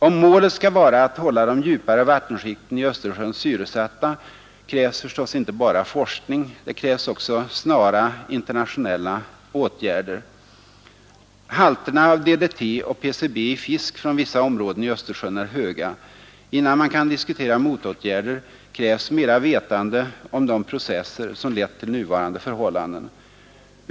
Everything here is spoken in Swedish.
Om målet skall vara att hålla de djupare vattenskikten i Östersjön syresatta, krävs förstås inte bara forskning, utan det krävs också snara internationella åtgärder. Halterna av DDT och PCB i fiskområden i Östersjön är höga. Innan man kan diskutera motåtgärder krävs det mer vetande om de processer som leder till nuvarande förhållanden.